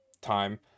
time